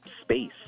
space